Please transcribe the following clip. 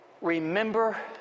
remember